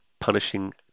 Punishing